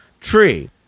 tree